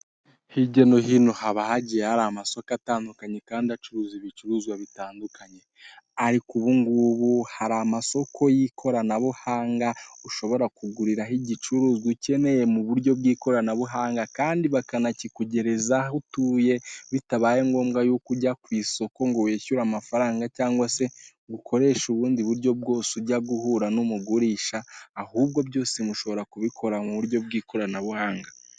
Hirya no hino haba hagiye hari amasoko atandukanye kandi acuruza ibicuruzwa bitandukanye ariko ubungubu hari amasoko y'ikoranabuhanga ushobora kuguriraho igicuruzwa ukeneye mu buryo bw'ikoranabuhanga kandi bakanakikugerezaho aho utuye bitabaye ngombwa yuko ujya ku isoko ngo wishyure amafaranga cyangwa se ukoreshe ubundi buryo bwose ujya guhura n'umugurisha ahubwo byose mushobora kubikora mu buryo bw'ikoranabuhanga.